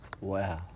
Wow